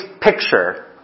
picture